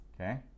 Okay